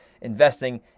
investing